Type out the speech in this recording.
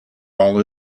all